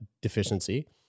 deficiency